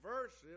verses